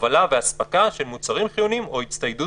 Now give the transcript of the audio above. הובלה ואספקה של מוצרים חיוניים או הצטיידות